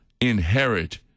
inherit